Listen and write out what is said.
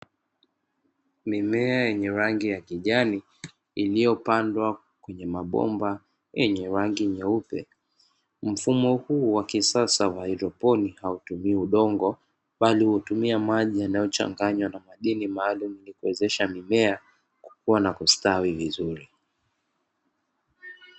Mimea yenye rangi ya kijani, iliyopandwa kwenye mabomba yenye rangi nyeupe. Mfumo huu wa kisasa wa haidroponi hautumii udongo, bali hutumia maji yanayochanganywa na madini maalumu, ili kuwezesha mmea kukua na kustawi vizuri.